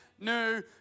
new